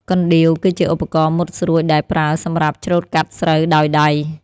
កណ្ដៀវគឺជាឧបករណ៍មុតស្រួចដែលប្រើសម្រាប់ច្រូតកាត់ស្រូវដោយដៃ។